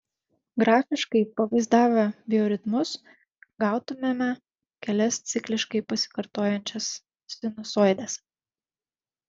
grafiškai pavaizdavę bioritmus gautumėme kelias cikliškai pasikartojančias sinusoides